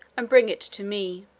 and bring it to me.